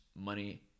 money